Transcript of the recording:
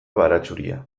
baratxuria